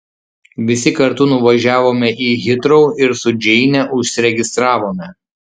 visi kartu nuvažiavome į hitrou ir su džeine užsiregistravome